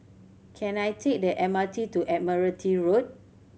can I take the M R T to Admiralty Road